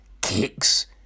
Kicks